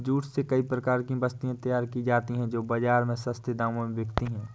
jute से कई प्रकार की वस्तुएं तैयार की जाती हैं जो बाजार में सस्ते दामों में बिकती है